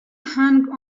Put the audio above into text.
hung